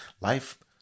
life